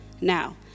Now